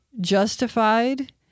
justified